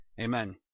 Amen